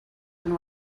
been